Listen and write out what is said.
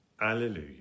Alleluia